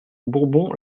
bourbon